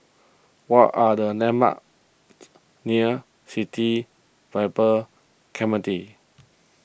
what are the landmarks near City Vibe Clementi